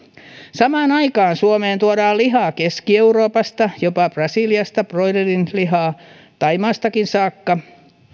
samaan aikaan suomeen tuodaan lihaa keski euroopasta jopa brasiliasta broilerinlihaa thaimaastakin saakka